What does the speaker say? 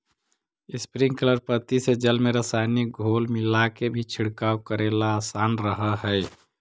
sprinkler पद्धति से जल में रसायनिक घोल मिलाके भी छिड़काव करेला आसान रहऽ हइ